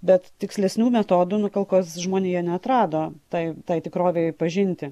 bet tikslesnių metodų nu kol kas žmonija neatrado tai tikrovei pažinti